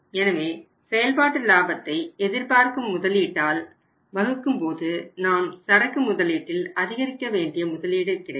எனவே செயல்பாட்டு லாபத்தை எதிர்பார்க்கும் முதலீட்டால் வகுக்கும்போது நாம் சரக்கு முதலீட்டில் அதிகரிக்க வேண்டிய முதலீடு கிடைக்கும்